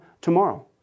tomorrow